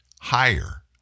higher